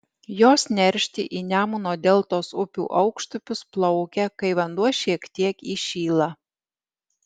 jos neršti į nemuno deltos upių aukštupius plaukia kai vanduo šiek tiek įšyla